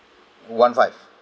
one five